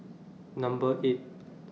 Number eight